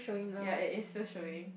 yea it is the showing